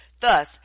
Thus